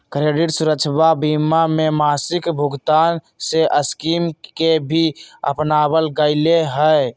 credit सुरक्षवा बीमा में मासिक भुगतान के स्कीम के भी अपनावल गैले है